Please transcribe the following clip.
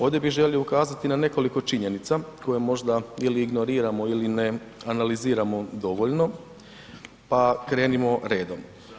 Ovdje bi želio ukazati na nekoliko činjenica koje možda ili ignoriramo ili ne analiziramo dovoljno pa krenimo redom.